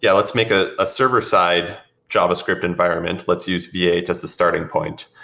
yeah let's make ah a server-side javascript environment. let's use v eight as a starting point.